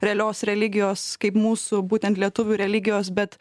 realios religijos kaip mūsų būtent lietuvių religijos bet